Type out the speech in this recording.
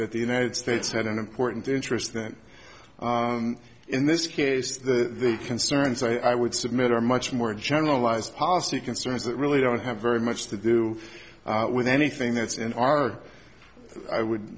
that the united states had an important interest in this case the concerns i would submit are much more generalized policy concerns that really don't have very much to do with anything that's in our i would